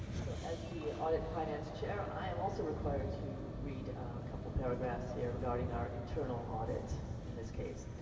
so as the audit and finance chair i am also required to read a couple of paragraphs here regarding our internal audit in this case.